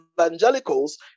evangelicals